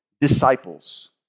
disciples